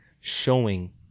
showing